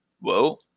Whoa